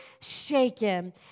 shaken